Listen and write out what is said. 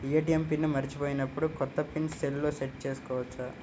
ATM PIN మరచిపోయినప్పుడు, కొత్త PIN సెల్లో సెట్ చేసుకోవచ్చా?